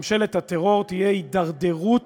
ממשלת הטרור, תהיה הידרדרות